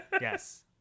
Yes